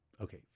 okay